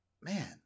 Man